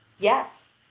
yes,